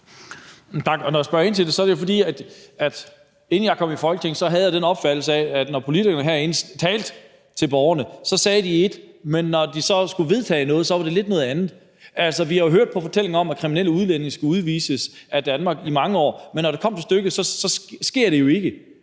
(NB): Tak. Når jeg spørger ind til det, er det jo, fordi jeg, inden jeg kom i Folketinget, havde den opfattelse, at når politikere herinde talte til borgerne, så sagde de ét, men når de så skulle vedtage noget, var det lidt noget andet. Altså, vi har i mange år hørt på fortællinger om, at kriminelle udlændinge skulle udvises af Danmark, men når det kommer til stykket, sker det jo ikke.